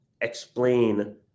explain